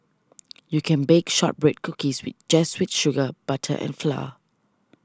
you can bake Shortbread Cookies with just with sugar butter and flour